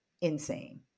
insane